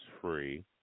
free